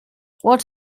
what